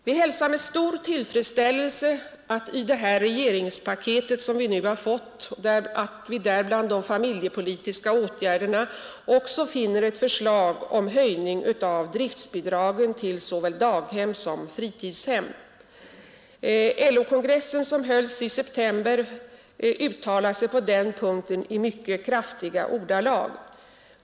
Vi hälsar med stor tillfredsställelse att det i det regeringspaket, som vi nu har fått, bland de familjepolitiska åtgärderna också ligger ett förslag om höjning av driftbidragen till såväl daghem som fritidshem. LO-kongressen, som hölls i september, uttalade sig på den punkten i mycket kraftiga ordalag.